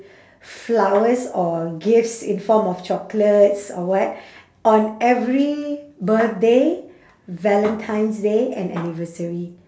flowers or gifts in form of chocolates or what on every birthday valentine's day and anniversary